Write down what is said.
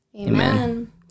amen